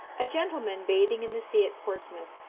a gentleman bathing in the sea at portsmouth,